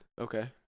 Okay